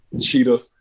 Cheetah